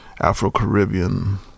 Afro-Caribbean